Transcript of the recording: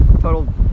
total